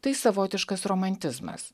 tai savotiškas romantizmas